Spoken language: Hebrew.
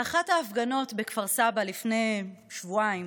באחת ההפגנות בכפר סבא לפני שבועיים